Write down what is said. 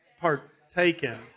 partaken